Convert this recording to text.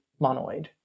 monoid